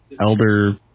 elder